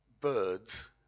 birds